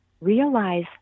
realize